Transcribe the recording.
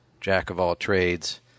jack-of-all-trades